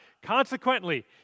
Consequently